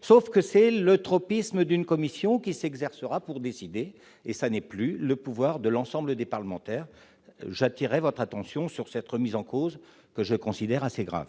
sauf que c'est le tropisme d'une commission qui s'exercera pour décider et ça n'est plus le pouvoir de l'ensemble des parlementaires j'attirer votre attention sur cette remise en cause, que je considère assez grave.